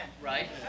Right